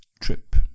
trip